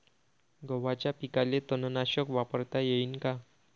गव्हाच्या पिकाले तननाशक वापरता येईन का?